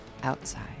outside